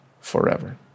forever